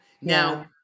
Now